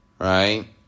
Right